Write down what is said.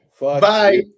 Bye